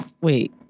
Wait